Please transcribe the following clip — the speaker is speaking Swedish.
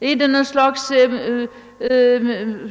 i den riktning ni önskade.